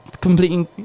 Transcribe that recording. completely